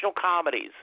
comedies